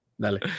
Dale